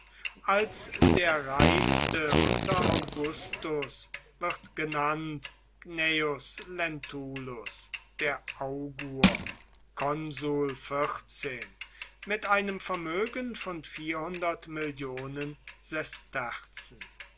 als der reichste unter augustus wird genannt gnaeus lentulus der augur mit einem vermögen von